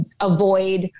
avoid